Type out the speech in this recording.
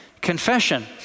confession